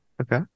okay